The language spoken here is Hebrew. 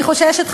אני חוששת,